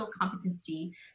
competency